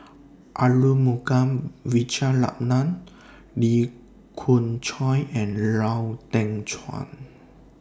Arumugam Vijiaratnam Lee Khoon Choy and Lau Teng Chuan